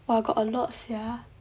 !wah! got a lot sia